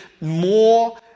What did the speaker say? more